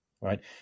Right